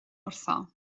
wrtho